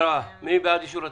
מי בעד אישור התקנות,